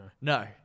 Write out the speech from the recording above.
No